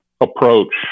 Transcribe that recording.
approach